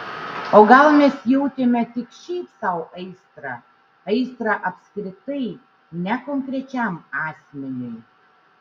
o gal mes jautėme tik šiaip sau aistrą aistrą apskritai ne konkrečiam asmeniui